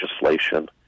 legislation